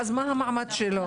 ואז מה המעמד שלו?